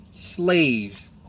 slaves